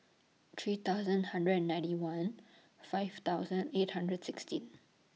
three thousand hundred and ninety one five thousand eight hundred sixteen